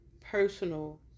personal